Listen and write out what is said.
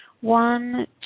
one